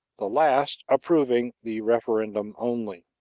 the last approving the referendum only.